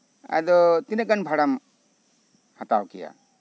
ᱟᱫᱚ ᱛᱤᱱᱟᱹᱜ ᱜᱟᱱ ᱵᱷᱟᱲᱟᱢ ᱦᱟᱛᱟᱣ ᱠᱮᱭᱟ